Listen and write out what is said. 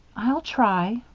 i'll try,